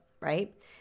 right